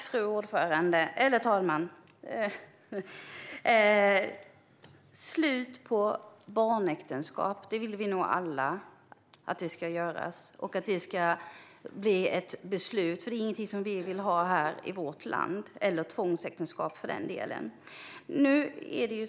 Fru talman! Vi vill nog alla ha slut på barnäktenskap, eller tvångsäktenskap för den delen, och att det ska beslutas, för det är ingenting som vi vill ha här i vårt land.